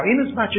inasmuch